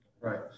Right